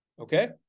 Okay